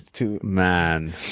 Man